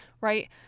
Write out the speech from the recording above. right